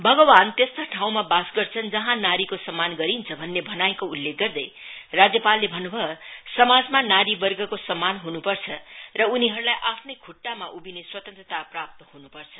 भगवान त्यस्ता ठाउँमा वास गर्छन जहाँ नारीको सम्मान गरिन्छ भन्ने भनाईको उल्लेख गर्दै राज्यपालले भन्नुभयो समाजमा नारीवर्गको सम्मान हुनुपर्छ र उनीहरुलाई आफ्ने खुट्टामा उभिने स्वतन्त्रता प्राप्त हुनुपर्छ